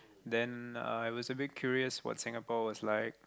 then uh I was a bit curious what Singapore was like